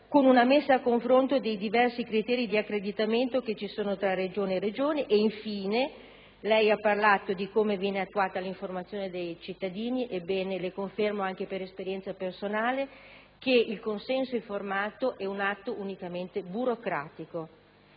con una messa a confronto dei diversi criteri di accreditamento che ci sono in ciascuna Regione. Infine, lei ha parlato di come viene attuata l'informazione dei cittadini, ebbene le confermo, anche per esperienza personale, che il consenso informato è un atto unicamente burocratico,